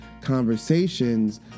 conversations